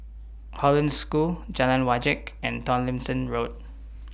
Hollandse School Jalan Wajek and Tomlinson Road